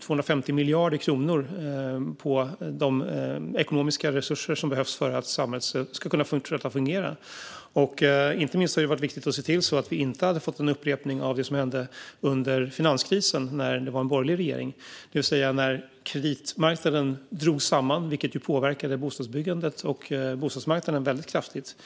250 miljarder kronor på de ekonomiska resurser som behövs för att samhället ska kunna fortsätta fungera. Inte minst har det varit viktigt att se till att vi inte får en upprepning av det som hände under finanskrisen, när det var en borgerlig regering. Då drogs kreditmarknaden samman, vilket påverkade bostadsbyggandet och bostadsmarknaden väldigt kraftigt.